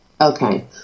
okay